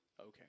okay